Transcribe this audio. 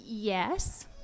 Yes